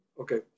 okay